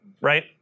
right